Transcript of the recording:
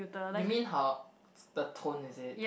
you mean her the tone is it